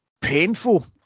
painful